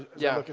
yeah.